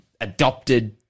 adopted